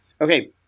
Okay